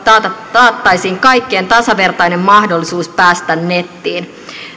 taattaisiin kaikkien tasavertainen mahdollisuus päästä nettiin